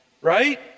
right